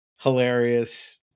Hilarious